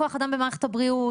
כוח אדם במערכת הבריאות,